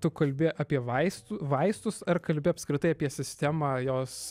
tu kalbi apie vaistų vaistus ar kalbi apskritai apie sistemą jos